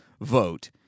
vote